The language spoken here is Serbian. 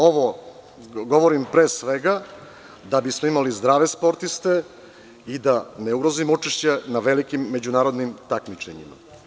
Ovo govorim pre svega da bismo imali zdrave sportiste i da ne ugrozimo učešće na velikim međunarodnim takmičenjima.